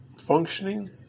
functioning